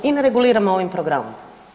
I ne reguliramo ovim programom.